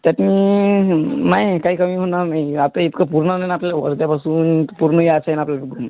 त्यातून नाही काही कमी होणार नाही आता इतकं पुरणार नाही ना आपल्याला वर्ध्यापासून ते पूर्ण यायचं आहे ना आपल्याला